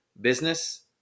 business